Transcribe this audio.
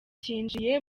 cyinjiye